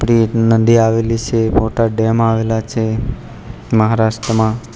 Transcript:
પ્રીત નદી આવેલી છે મોટા ડેમ આવેલા છે મહારાષ્ટ્રમાં